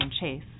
Chase